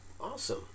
Awesome